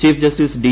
chief justice D